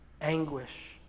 anguish